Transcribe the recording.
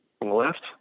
left